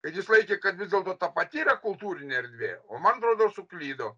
kad jis laikė kad vis dėlto ta pati yra kultūrinė erdvė o man atrodo suklydo